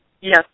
Yes